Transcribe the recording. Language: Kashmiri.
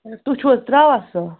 تُہۍ چھُو حظ ترٛاوان سُہ